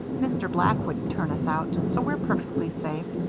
mr. black wouldn't turn us out, so we're perfectly safe.